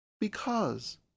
Because